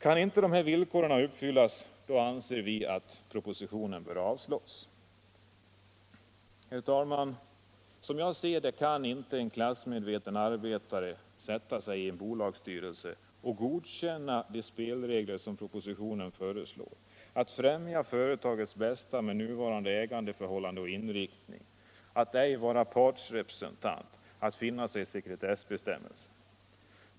Kan inte de villkoren uppfyllas anser vi att propositionens förslag bör avslås. Herr talman! Som jag ser det kan inte en klassmedveten arbetare sätta sig i en bolagsstyrelse och godkänna de spelregler som propositionen föreslår — att främja företagets bästa med nuvarande ägandeförhållande och inriktning, att inte vara partsrepresentant och att finna sig i sekretessbestämmelserna.